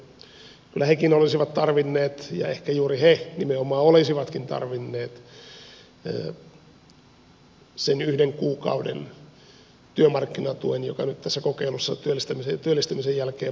kyllä hekin olisivat tarvinneet ja ehkä nimenomaan juuri he olisivat tarvinneet sen yhden kuukauden työmarkkinatuen joka nyt tässä kokeilussa työllistymisen jälkeen maksetaan